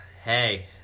Hey